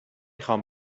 خوام